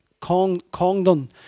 Congdon